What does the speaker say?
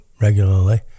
Regularly